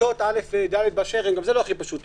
כיתות א' עד ד' באשר הן גם זה לא הכי פשוט,